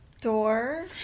door